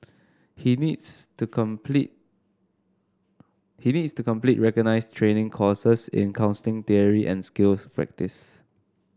he needs to complete he needs to complete recognised training courses in counselling theory and skills practice